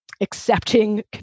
accepting